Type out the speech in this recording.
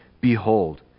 Behold